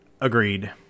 Agreed